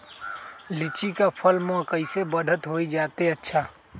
लिचि क फल म कईसे बढ़त होई जादे अच्छा?